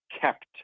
kept